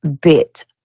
bit